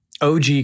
OG